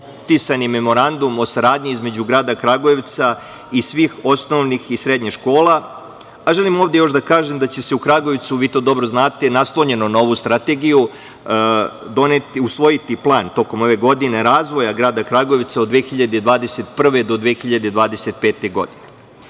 potpisan je Memorandum o saradnji između Grada Kragujevca i svih osnovnih i srednjih škola. Želim ovde još da kažem da će se u Kragujevcu, vi to dobro znate, naslonjeno na ovu Strategiju, usvojiti plan tokom ove godine, razvoja grada Kragujevca od 2021. do 2025. godine. Na